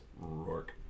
Rourke